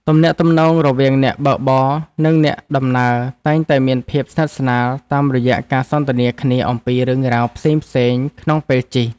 ទំនាក់ទំនងរវាងអ្នកបើកបរនិងអ្នកដំណើរតែងតែមានភាពស្និទ្ធស្នាលតាមរយៈការសន្ទនាគ្នាអំពីរឿងរ៉ាវផ្សេងៗក្នុងពេលជិះ។